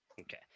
Okay